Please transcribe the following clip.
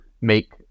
make